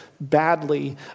badly